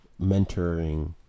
mentoring